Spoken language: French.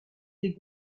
des